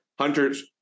Hunter's